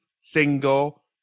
single